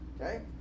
Okay